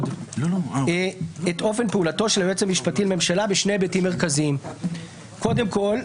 את אופן פעולתו של היועץ המשפטי לממשלה בשני היבטים מרכזיים: קודם כול,